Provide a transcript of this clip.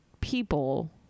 people